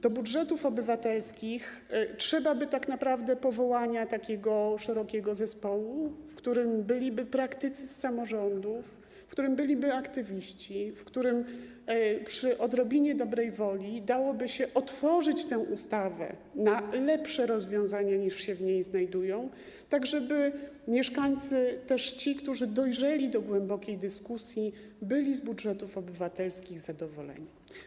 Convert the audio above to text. Do budżetów obywatelskich trzeba by tak naprawdę powołania takiego szerokiego zespołu, w którym byliby praktycy z samorządów, w którym byliby aktywiści, w którym przy odrobinie dobrej woli dałoby się otworzyć tę ustawę na rozwiązania lepsze niż te, które w niej się znajdują, tak żeby mieszkańcy, też ci, którzy dojrzeli do głębokiej dyskusji, byli z budżetów obywatelskich zadowoleni.